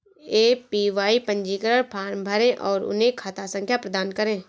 APY पंजीकरण form भरें और उन्हें खाता संख्या प्रदान करें